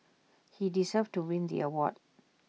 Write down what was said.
he deserved to win the award